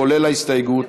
כולל ההסתייגות